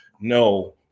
No